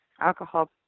alcohol